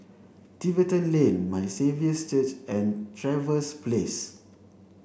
Tiverton Lane My Saviour's Church and Trevose Place